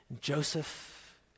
Joseph